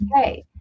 okay